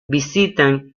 visitan